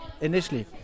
initially